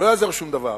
לא יעזור שום דבר,